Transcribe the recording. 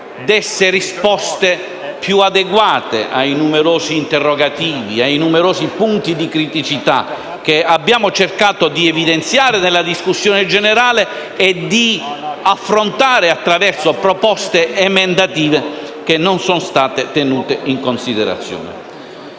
dare risposte più adeguate ai numerosi interrogativi e ai punti di criticità che abbiamo cercato di evidenziare nella discussione generale e di affrontare attraverso proposte emendative che non sono state tenute in considerazione.